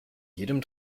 jedem